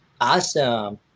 Awesome